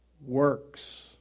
works